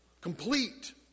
complete